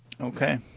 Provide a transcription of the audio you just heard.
Okay